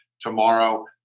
Tomorrow